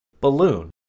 balloon